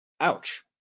ouch